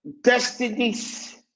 destinies